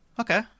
Okay